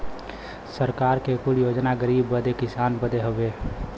सरकार के कुल योजना गरीब बदे किसान बदे हउवे